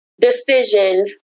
decision